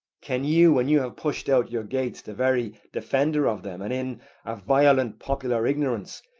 can you, when you have pushed out your gates the very defender of them, and in a violent popular ignorance,